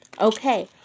Okay